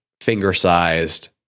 finger-sized